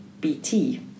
BT